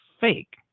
fake